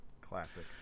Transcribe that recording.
Classic